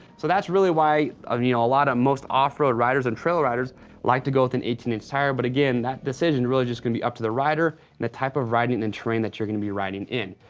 so that's really why a you know lot of most off-road riders and trail riders like to go with an eighteen inch tire, but again, that decision really just gonna be up to the rider and the type of riding and terrain that you're gonna be riding in.